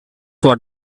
what